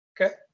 Okay